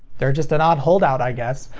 they're just an odd holdout, i guess,